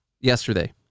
Yesterday